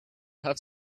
have